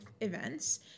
events